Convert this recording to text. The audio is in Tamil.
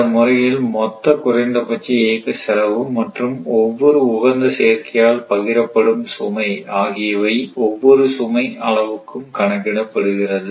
இந்த முறையில் மொத்த குறைந்தபட்ச இயக்க செலவு மற்றும் ஒவ்வொரு உகந்த சேர்க்கையால் பகிரப்படும் சுமை ஆகியவை ஒவ்வொரு சுமை அளவுக்கும் கணக்கிடப்படுகிறது